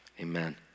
amen